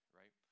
right